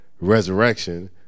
resurrection